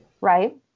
Right